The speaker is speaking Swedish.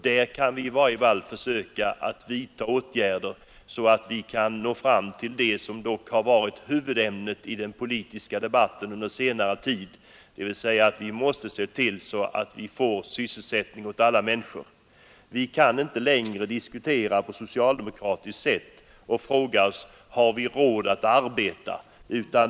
Där kan vi i varje fall försöka vidta åtgärder så att vi kan nå fram till det som dock varit huvudämnet i den realistiska debatten under senare tid: vi måste se till att vi får sysselsättning åt alla människor. Vi kan inte längre diskutera på socialdemokratiskt sätt och fråga oss om vi har råd att arbeta.